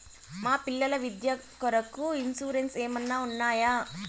మా పిల్లల విద్య కొరకు ఇన్సూరెన్సు ఏమన్నా ఉన్నాయా?